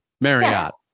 Marriott